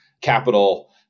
capital